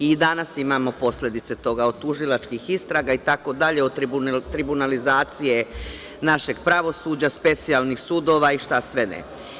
I danas imamo posledice toga, od tužilačkih istraga, itd, od tribunalizacije našeg pravosuđa, specijalnih sudova i šta sve ne.